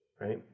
right